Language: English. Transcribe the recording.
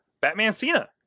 Batman-Cena